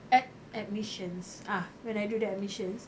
ad~ admissions ah when I do the admissions